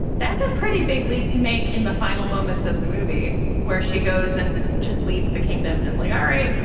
that's a pretty big leap to make in the final moments of the movie where she goes and just leaves the kingdom and is like, all right.